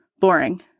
boring